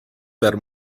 per